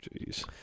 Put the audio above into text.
Jeez